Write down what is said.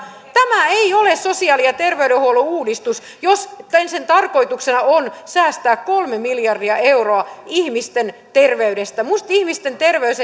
tämä ei ole sosiaali ja terveydenhuollon uudistus jos sen tarkoituksena on säästää kolme miljardia euroa ihmisten terveydestä minusta ihmisten terveys